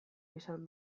izan